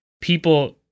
people